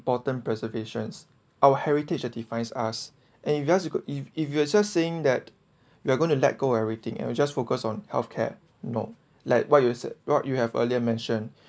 important preservations our heritage defines us and you guys you could if if you were just saying that you are going to let go everything will just focus on health care no like what you s~ what you have earlier mention